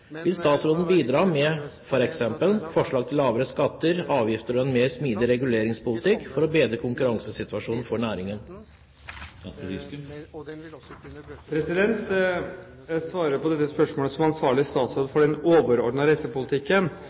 Vil statsråden bidra med f.eks. forslag til lavere skatter og avgifter og en mer smidig reguleringspolitikk for å bedre konkurransesituasjonen for næringen?» Jeg svarer på dette spørsmålet som ansvarlig statsråd for den overordnede reiselivspolitikken, da jeg tar utgangspunkt i at spørsmålet kommer opp som en følge av den